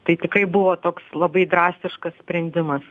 tai tikrai buvo toks labai drastiškas sprendimas